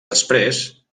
després